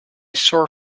sore